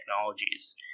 technologies